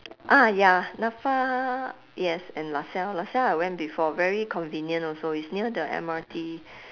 ah ya NAFA yes and lasalle lasalle I went before very convenient also it's near the M_R_T